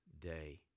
day